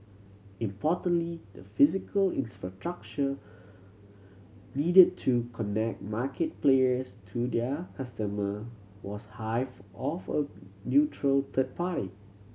importantly the physical infrastructure needed to connect market players to their customer was hived off a neutral third party